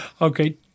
Okay